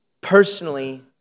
personally